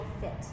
fit